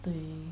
对